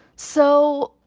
so